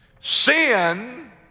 Sin